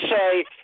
say